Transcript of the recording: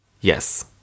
Yes